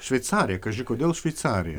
šveicarai kaži kodėl šveicarija šveicarija